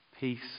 peace